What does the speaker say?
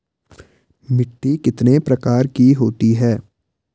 मिट्टी कितने प्रकार की होती है?